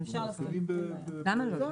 למה לא?